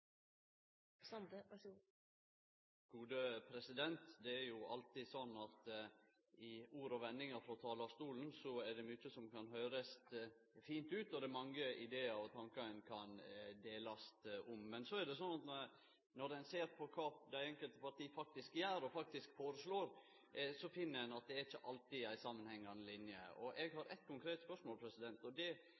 utvalg. Så jeg hadde virkelig gått tilbake og spurt meg selv: Når skal regjeringen – det blir jo for sent dessverre for de rød-grønne, selvfølgelig – gjøre noe konkret? Man setter kun ned utvalg og er tydeligvis godt fornøyd med det. Det er jo alltid sånn at i ord og vendingar frå talarstolen er det mykje som kan høyrast fint ut. Og det er mange idear og tankar ein kan dele. Men så er det sånn at når ein ser på kva dei enkelte parti faktisk